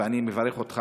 ואני מברך אותך,